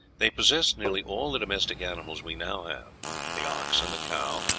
they possessed nearly all the domestic animals we now have the ox and the cow,